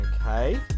Okay